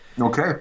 Okay